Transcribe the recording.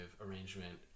arrangement